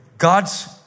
God's